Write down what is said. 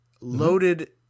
Loaded